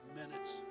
minutes